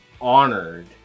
honored